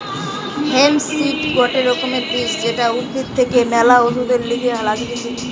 hemp seed গটে রকমের বীজ যেটা উদ্ভিদ থেকে ম্যালা ওষুধের লিগে লাগতিছে